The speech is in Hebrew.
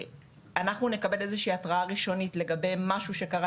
אנחנו נקבל איזו שהיא התראה ראשונית לגבי משהו שקרה,